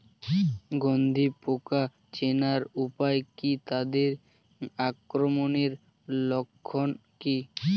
গন্ধি পোকা চেনার উপায় কী তাদের আক্রমণের লক্ষণ কী?